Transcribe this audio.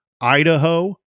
Idaho